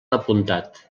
apuntat